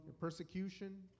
persecution